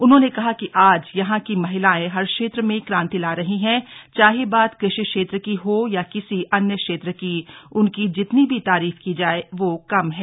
उन्होंने कहा कि आज यहां की महिलाएं हर क्षेत्र में क्रांति ला रही हैं चाहे बात कृषि क्षेत्र की हो या किसी अन्य क्षेत्र की उनकी जितनी भी तारीफ की जाए वह कम है